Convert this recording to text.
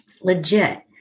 legit